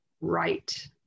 Right